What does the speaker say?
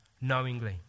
knowingly